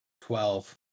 Twelve